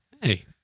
hey